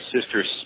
sister's